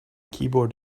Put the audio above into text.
keyboard